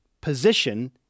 position